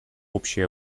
общая